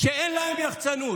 שאין להם יחצנות,